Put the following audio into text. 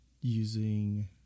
using